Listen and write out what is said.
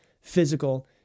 physical